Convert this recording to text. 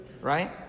right